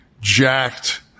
jacked